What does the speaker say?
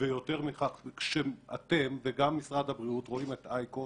יותר מכך, אתם וגם משרד הבריאות רואים את "אייקוס"